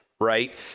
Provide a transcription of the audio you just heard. right